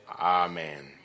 Amen